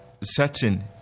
certain